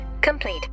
complete